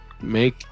Make